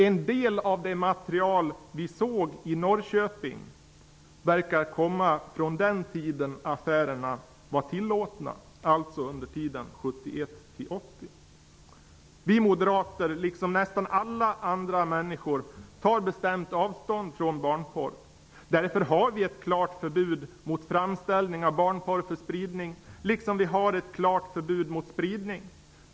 En del av det material vi såg i Norrköping verkar komma från den tid då affärerna var tillåtna, alltså 1971--80. Vi moderater, liksom nästan alla andra människor, tar bestämt avstånd från barnporr. Därför har vi ett klart förbud mot framställning av barnporr för spridning, liksom vi har ett klart förbud mot spridning.